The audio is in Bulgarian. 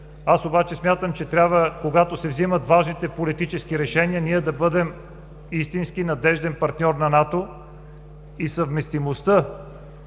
Аз обаче смятам, че трябва, когато се вземат важните политически решения, ние да бъдем истински надежден партньор на НАТО и съвместимостта